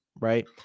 right